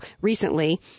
recently